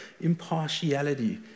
Impartiality